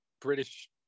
British